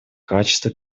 качества